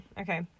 okay